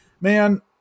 man